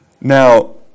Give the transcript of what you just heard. Now